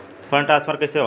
Fund transfer कैसे होला?